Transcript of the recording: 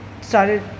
Started